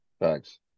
Thanks